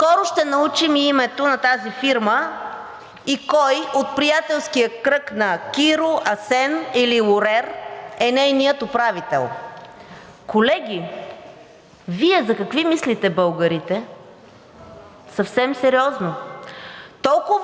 Скоро ще научим и името на тази фирма и кой от приятелския кръг на Киро, Асен или Лорер е нейният управител. Колеги, Вие за какви мислите българите? Съвсем сериозно.